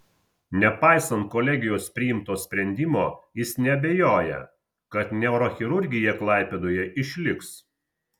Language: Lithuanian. nepaisant kolegijos priimto sprendimo jis neabejoja kad neurochirurgija klaipėdoje išliks